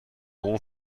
اون